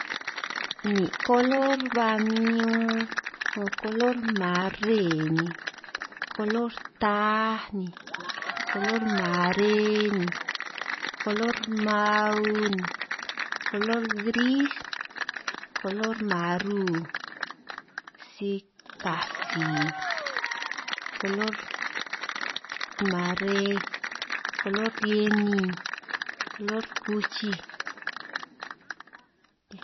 Nin' kolor ba min unn 'ngo kolor maree ni, kolor taj ni, kolor mare ni, kolor rmauu ni, kolor gris, kolor maruu, si katsi, kolor mare, kolor drienin kolor kuchij.